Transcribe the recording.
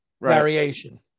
variation